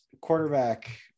quarterback